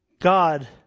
God